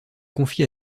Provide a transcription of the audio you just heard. confie